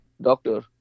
doctor